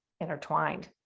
intertwined